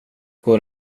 går